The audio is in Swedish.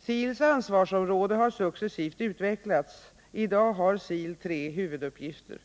SIL:s ansvarsområde har successivt utvecklats. I dag har SIL tre huvuduppgifter.